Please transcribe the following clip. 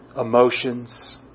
emotions